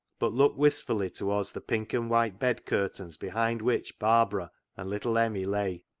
but looked wistfully towards the pink and white bed curtains behind which barbara and little emmie lay,